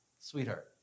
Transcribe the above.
sweetheart